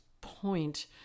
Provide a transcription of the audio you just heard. point